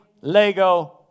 lego